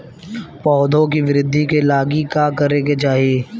पौधों की वृद्धि के लागी का करे के चाहीं?